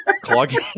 clogging